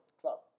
club